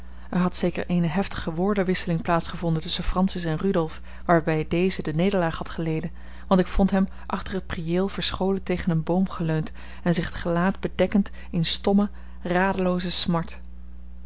er had zeker eene heftige woordenwisseling plaats gevonden tusschen francis en rudolf waarbij deze de nederlaag had geleden want ik vond hem achter het priëel verscholen tegen een boom geleund en zich het gelaat bedekkend in stomme radelooze smart